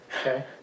Okay